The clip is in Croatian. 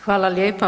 Hvala lijepa.